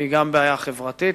שהיא גם בעיה חברתית,